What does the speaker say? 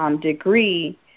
degree